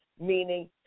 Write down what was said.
meaning